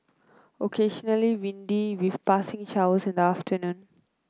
occasionally windy with passing showers in the afternoon